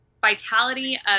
vitality